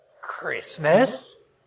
Christmas